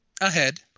Ahead